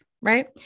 right